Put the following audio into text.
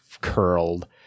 curled